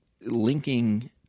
linking